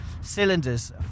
cylinders